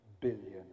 billion